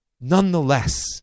nonetheless